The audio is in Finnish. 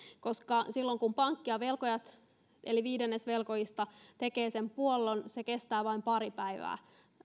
koska silloin kun pankki ja velkojat viidennes velkojista tekevät sen puollon se kestää vain pari päivää